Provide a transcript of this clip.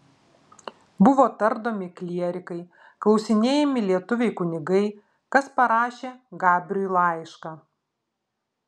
buvo tardomi klierikai klausinėjami lietuviai kunigai kas parašė gabriui laišką